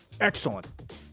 Excellent